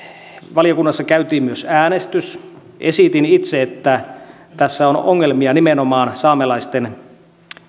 valiokunnassa käytiin myös äänestys esitin itse että tässä on ongelmia nimenomaan saamelaisten